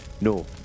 No